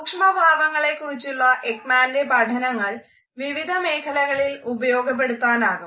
സൂക്ഷംഭാവങ്ങളെക്കുറിച്ചുള്ള എക്മാൻറെ പഠനങ്ങൾ വിവിധ മേഖലകളിൽ ഉപയോഗപ്പെടുത്താനാകും